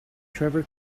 trevor